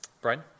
Brian